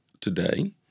today